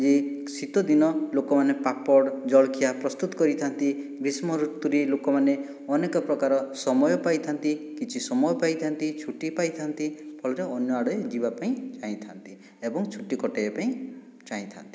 ଯେ ଶୀତ ଦିନ ଲୋକମାନେ ପାମ୍ପଡ଼ ଜଳଖିଆ ପ୍ରସ୍ତୁତ କରିଥାନ୍ତି ଗ୍ରୀଷ୍ମ ଋତୁରେ ଲୋକମାନେ ଅନେକ ପ୍ରକାର ସମୟ ପାଇଥାନ୍ତି କିଛି ସମୟ ପାଇଥାନ୍ତି ଛୁଟି ପାଇଥାନ୍ତି ଫଳରେ ଅନ୍ୟ ଆଡ଼େ ଯିବା ପାଇଁ ଚାହିଁଥାନ୍ତି ଏବଂ ଛୁଟି କଟେଇବା ପାଇଁ ଚାହିଁଥାନ୍ତି